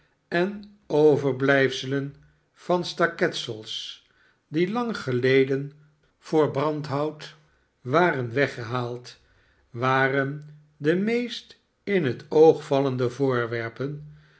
en overblijfselen van staketsels die lang geleden voor brandhout waren weggehaald waren de meestin het oog vallende voorwerpen